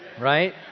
Right